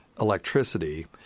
electricity